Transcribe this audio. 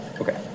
Okay